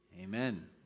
amen